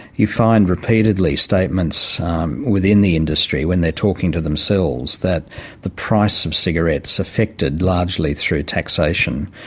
you find repeatedly statements within the industry, when they're talking to themselves, that the price of cigarettes, effected largely through taxation,